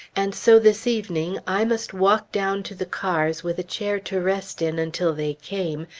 and so this evening i must walk down to the cars with a chair to rest in until they came,